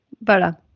Bola